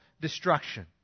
destruction